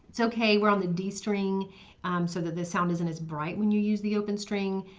it's okay, we're on the d string so that the sound isn't as bright when you use the open string.